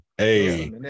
Hey